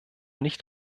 nicht